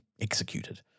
executed